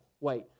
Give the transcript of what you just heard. wait